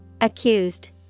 Accused